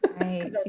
right